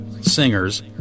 singers